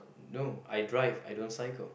no I drive I don't cycle